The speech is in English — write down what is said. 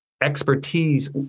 expertise